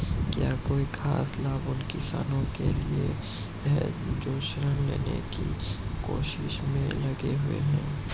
क्या कोई खास लाभ उन किसानों के लिए हैं जो ऋृण लेने की कोशिश में लगे हुए हैं?